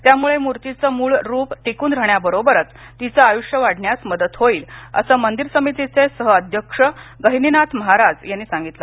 यामुळे मुर्तीचे मुळ रुप टिकून राहण्याबरोबरच तिचं आयुष्य वाढण्यास मदत होईल असं मंदिर समितीचे सहअध्यक्ष गहिनीनाथ महाराज यांनी सांगितलं